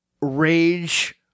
rage